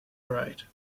ride